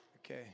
Okay